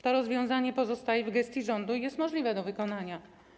To rozwiązanie pozostaje w gestii rządu i jest możliwe do wykonania.